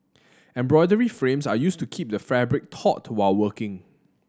embroidery frames are used to keep the fabric taut while working